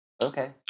Okay